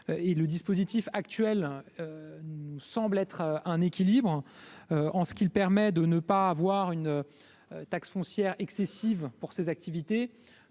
le dispositif actuel nous semble être un équilibre en ce qu'il permet de ne pas avoir une taxe foncière excessives pour ses activités